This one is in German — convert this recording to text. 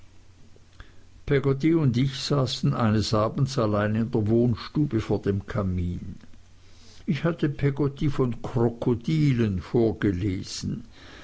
und ich saßen eines abends allein in der wohnstube vor dem kamin ich hatte peggotty von krokodilen vorgelesen